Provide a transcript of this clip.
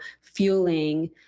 fueling